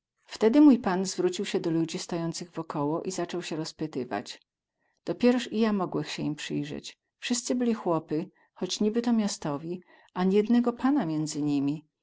wtedy mój pan zwrócił sie do ludzi stojących wokoło i zacął sie rozpytować dopieroz i ja mógłech sie im przyjrzeć wsyscy byli chłopy choć niby to miastowi ani jednego pana między nimi